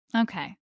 Okay